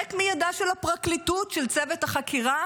הרחק מידה של הפרקליטות, של צוות החקירה